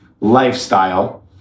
lifestyle